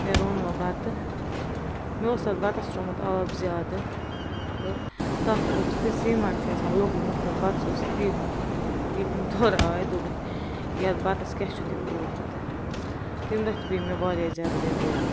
مےٚ روٚن وۄنۍ بتہٕ مےٚ اوس تَتھ بَتس تُرٛومُت آب زیادٕ تہٕ تَتھ اوس یِتھ کٔنۍ سیٖمنٛٹ چھُ آسان لوٚگمُت تَتھ بَتس اوس تی گوٚمُت ییٚلہِ تِم تورٕ آیہِ دوٚپُکھ یَتھ بَتس کیٛاہ چھُتھ یہِ کوٚرمُت تَمہِ دۄہ تہِ پیٚے مےٚ واریاہ زیادٕ بیٚوٲری